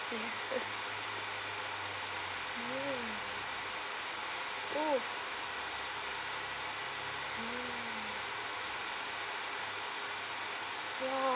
ya mm !huh! !wow!